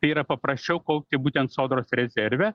tai yra paprasčiau kaupti būtent sodros rezerve